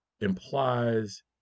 implies